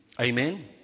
Amen